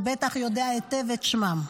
הוא בטח יודע היטב את שמן.